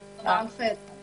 גבוהים, ומגיעים לכמעט 50%